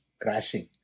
crashing